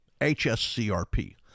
HSCRP